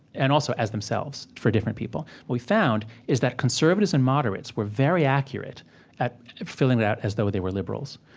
and also as themselves, for different people. what we found is that conservatives and moderates were very accurate at filling it out as though they were liberals.